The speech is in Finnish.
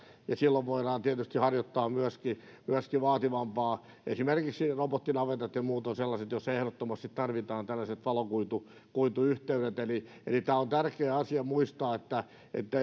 ja silloin voidaan tietysti harjoittaa myöskin myöskin vaativampaa työtä esimerkiksi robottinavetat ja muut ovat sellaista joissa ehdottomasti tarvitaan tällaiset valokuituyhteydet eli eli tämä on tärkeä asia muistaa että